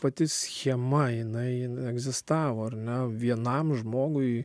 pati schema jinai egzistavo ar ne vienam žmogui